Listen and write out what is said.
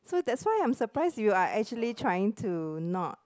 so that's why I'm surprised you are actually trying to not